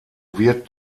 wird